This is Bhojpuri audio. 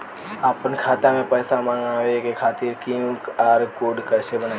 आपन खाता मे पैसा मँगबावे खातिर क्यू.आर कोड कैसे बनाएम?